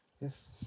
Yes